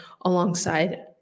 alongside